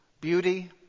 beauty